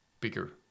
bigger